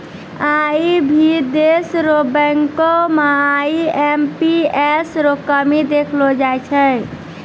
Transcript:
आई भी देशो र बैंको म आई.एम.पी.एस रो कमी देखलो जाय छै